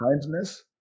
kindness